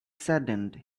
saddened